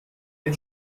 dem